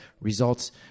results